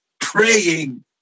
praying